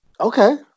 Okay